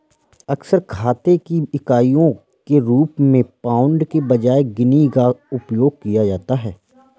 अक्सर खाते की इकाइयों के रूप में पाउंड के बजाय गिनी का उपयोग किया जाता है